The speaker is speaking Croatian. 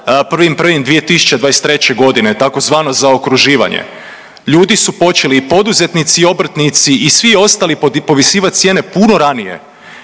1.1.2023. godine tzv. zaokruživanje. Ljudi su počeli i poduzetnici i obrtnici i svi ostali povisivat cijene puno ranije